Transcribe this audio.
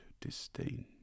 disdain